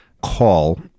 call